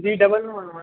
جی double والی